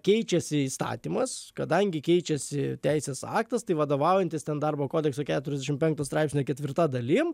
keičiasi įstatymas kadangi keičiasi teisės aktas tai vadovaujantis ten darbo kodekso keturiasdešim penkto straipsnio ketvirta dalim